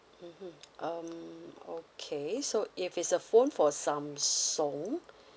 mmhmm um okay so if it's a phone for samsung